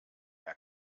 herr